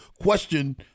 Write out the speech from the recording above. question